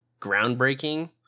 groundbreaking